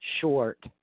short